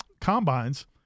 combines